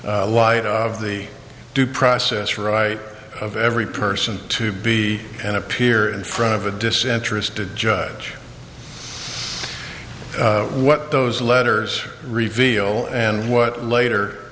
n light of the due process right of every person to be an appear in front of a disinterested judge what those letters reveal and what